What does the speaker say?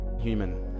human